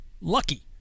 Lucky